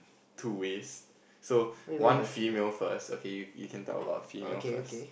two ways so one female first okay you you can talk about female first